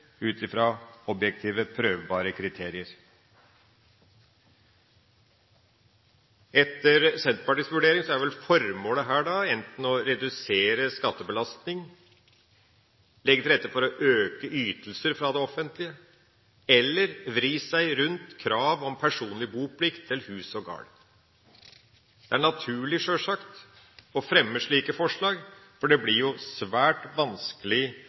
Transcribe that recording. ut fra objektivt prøvbare kriterier. Etter Senterpartiets vurdering er vel formålet her enten å redusere skattebelastning, legge til rette for å øke ytelser fra det offentlige eller vri seg rundt krav om personlig boplikt til hus og gard. Det er naturlig, sjølsagt, å fremme slike forslag, for det blir jo svært vanskelig